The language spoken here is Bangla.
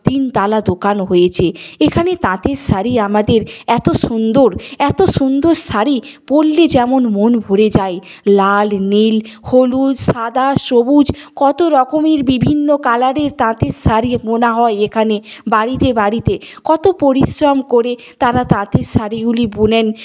তিনতলা দোকান হয়েছে এখানে তাঁতের শাড়ি আমাদের এত সুন্দর এত সুন্দর শাড়ি পরলে যেমন মন ভরে যায় লাল নীল হলুদ সাদা সবুজ কতরকমের বিভিন্ন কালারের তাঁতের শাড়ি বোনা হয় এখানে বাড়িতে বাড়িতে কত পরিশ্রম করে তারা তাঁতের শাড়িগুলি বোনেন